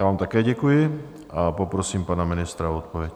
Já vám také děkuji a poprosím pana ministra o odpověď.